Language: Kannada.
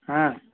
ಹಾಂ